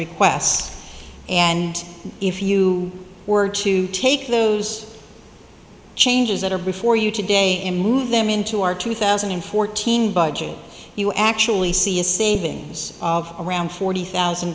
request and if you were to take those changes that are before you today and move them into our two thousand and fourteen budget you actually see a savings of around forty thousand